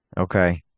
Okay